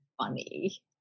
funny